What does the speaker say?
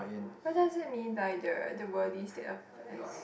what does it mean by the the worries that affairs